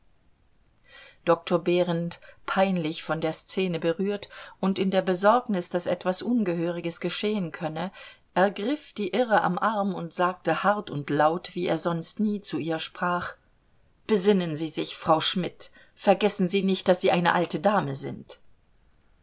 doktor behrend peinlich von der szene berührt und in der besorgnis daß etwas ungehöriges geschehen könne ergriff die irre am arm und sagte hart und laut wie er sonst nie zu ihr sprach besinnen sie sich frau schmidt vergessen sie nicht daß sie eine alte dame sind